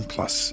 Plus